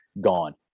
gone